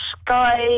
Sky